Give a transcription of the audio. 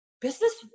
business